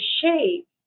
shape